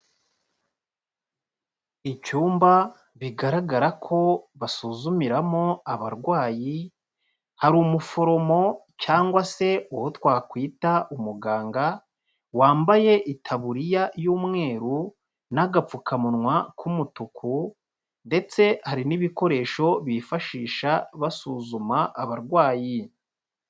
Icyumba bigaragara ko basuzumiramo abarwayi, hari umuforomo cyangwa se uwo twakwita umuganga wambaye itaburiya y'umweru n'agapfukamunwa k'umutuku ndetse hari n'ibikoresho bifashisha basuzuma abarwayi.